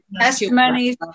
testimonies